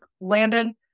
Landon